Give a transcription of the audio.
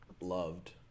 loved